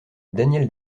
daniel